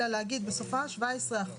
אלא להגיד בסופה: 17%,